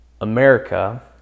America